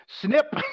Snip